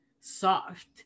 soft